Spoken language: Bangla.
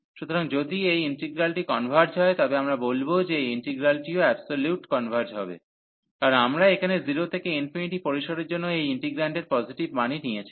সুতরাং যদি এই ইন্তিগ্রালটি কনভার্জ হয় তবে আমরা বলব যে এই ইন্টিগ্রালটিও অ্যাবসোলিউট কনভার্জ হবে কারণ আমরা এখানে 0 থেকে ∞ পরিসরের জন্য এই ইন্টিগ্র্যান্টের পজিটিভ মানই নিয়েছি